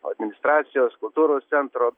administracijos kultūros centro